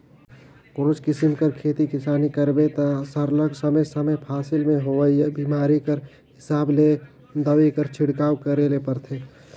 कोनोच किसिम कर खेती किसानी करबे ता सरलग समे समे फसिल में होवइया बेमारी कर हिसाब ले दवई कर छिड़काव करे ले परथे